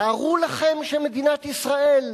תארו לכם שמדינת ישראל,